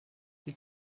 die